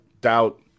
doubt